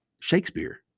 Shakespeare